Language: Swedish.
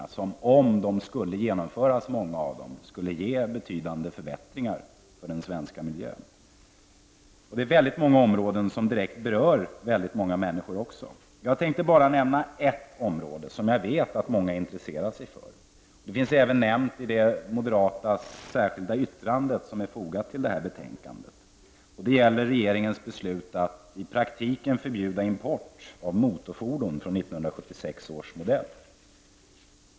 Många av dessa skulle, om de genomfördes, ge betydande förbättringar för den svenska miljön. Det är väldigt många områden som direkt berör väldigt många människor. Jag tänkte bara nämna ett område som jag vet att många intresserar sig för. Det finns även nämnt i det moderata särskilda yttrandet som har fogats till detta betänkande, och det gäller regeringens beslut att i praktiken förbjuda import av motorfordon från 1976 års modeller.